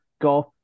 golf